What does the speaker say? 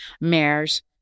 mares